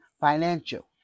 financial